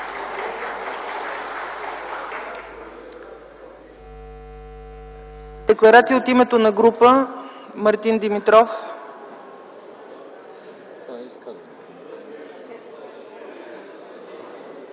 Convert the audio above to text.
Декларация от името на група – Мартин Димитров.